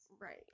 Right